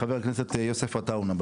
חבר הכנסת יוסף עטאונה,